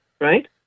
right